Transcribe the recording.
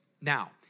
Now